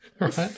Right